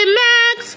max